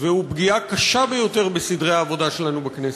והוא פגיעה קשה ביותר בסדרי העבודה שלנו בכנסת.